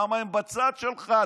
למה הם בצד שלך,